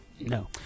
no